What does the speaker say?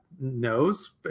knows